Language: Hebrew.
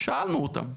שאלנו אותם.